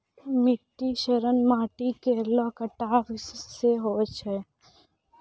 मिट्टी क्षरण माटी केरो कटाव सें होय छै